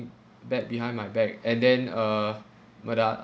bad behind my back and then uh but the other